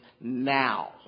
now